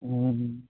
ہوں